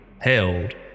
held